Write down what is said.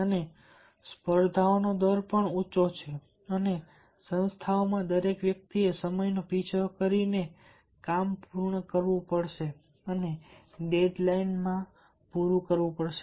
અને સ્પર્ધાઓનો દર પણ ઊંચો છે અને સંસ્થાઓમાં દરેક વ્યક્તિએ સમયનો પીછો કરીને કામ પૂર્ણ કરવું પડશે અને ડેડ લાઇન પૂરી કરવી પડશે